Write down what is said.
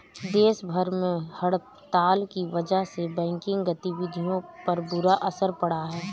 देश भर में हड़ताल की वजह से बैंकिंग गतिविधियों पर बुरा असर पड़ा है